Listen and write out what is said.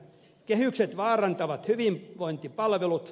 kehykset vaarantavat hyvinvointipalvelut